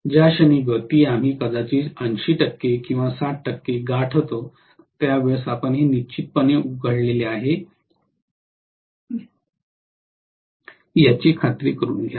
ज्या क्षणी गती आम्ही कदाचित 80 टक्के किंवा 60 टक्के गती गाठतो त्यावेळेस आपण ते निश्चितपणे उघडले आहे याची खात्री करुन घ्या